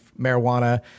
marijuana